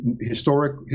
historic